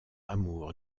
amour